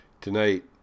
Tonight